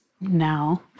now